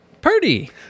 Purdy